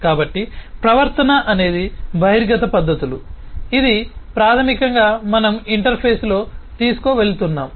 కాబట్టి ప్రవర్తన అనేది బహిర్గత పద్ధతులు ఇది ప్రాథమికంగా మనం ఇంటర్ఫేస్ లో తీసుకువెళుతున్నాం